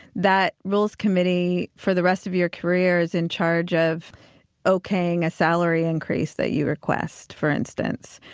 that rules committee, for the rest of your career, is in charge of ok'ing a salary increase that you request, for instance.